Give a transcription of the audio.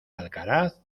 alcaraz